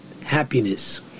happiness